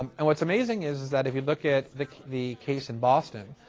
um and what's amazing is, is that if you look at the the case in boston,